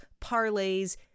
parlays